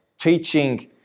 teaching